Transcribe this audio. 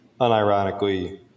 unironically